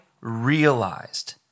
realized